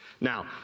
Now